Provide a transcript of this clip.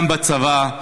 גם בצבא,